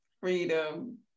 freedom